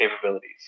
capabilities